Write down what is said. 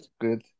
Good